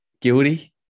Guilty